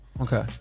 okay